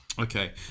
Okay